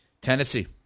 Tennessee